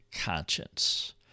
conscience